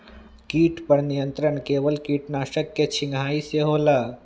किट पर नियंत्रण केवल किटनाशक के छिंगहाई से होल?